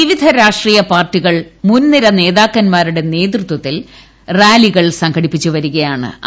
വിവിധ രാഷ്ട്രീയ പാർട്ടികൾ മുൻനിര നേതാക്ക്സ്മാർുടെ നേതൃത്വത്തിൽ റാലികൾ സംഘടിപ്പിച്ചു വരികയാണ്ട്